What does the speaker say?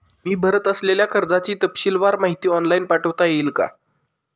मी भरत असलेल्या कर्जाची तपशीलवार माहिती ऑनलाइन पाठवता येईल का?